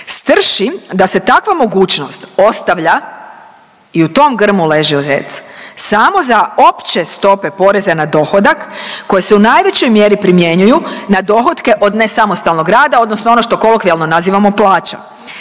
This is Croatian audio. strši da se takva mogućnost ostavlja i u tom grmu leži zec samo za opće stope poreza na dohodak, koje se u najvećoj mjeri primjenjuju na dohotke od nesamostalnog rada odnosno ono što kolokvijalno nazivamo plaćom,